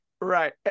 right